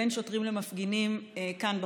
בין שוטרים למפגינים כאן בחוץ,